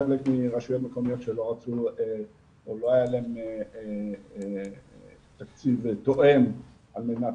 חלק מרשויות מקומיות שלא היה להן תקציב תואם על מנת